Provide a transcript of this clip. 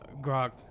Grog